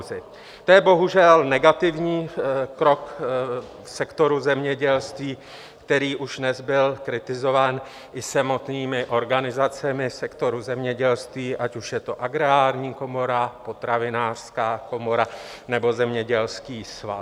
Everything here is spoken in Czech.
To je bohužel negativní krok v sektoru zemědělství, který už dnes byl kritizován i samotnými organizacemi sektoru zemědělství, ať už je to Agrární komora, Potravinářská komora nebo Zemědělský svaz.